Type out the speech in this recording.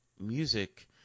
music